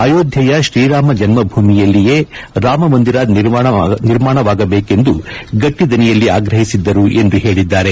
ಅಯೋಧ್ಯೆಯ ಶ್ರೀರಾಮ ಜನ್ಮಭೂಮಿಯಲ್ಲಿಯೇ ರಾಮಮಂದಿರ ನಿರ್ಮಾಣವಾಗಬೇಕೆಂದು ಗಟ್ಟಿದನಿಯಲ್ಲಿ ಆಗ್ರಹಿಸಿದ್ದರು ಎಂದು ಹೇಳಿದ್ದಾರೆ